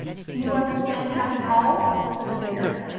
do you understand how to howl said the bear.